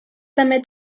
també